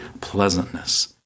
pleasantness